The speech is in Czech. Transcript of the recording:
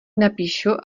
napíšu